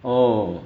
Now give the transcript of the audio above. oh